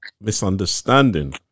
misunderstanding